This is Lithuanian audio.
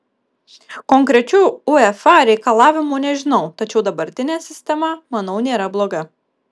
konkrečių uefa reikalavimų nežinau tačiau dabartinė sistema manau nėra bloga